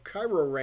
Cairo